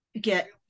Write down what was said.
get